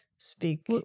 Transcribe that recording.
speak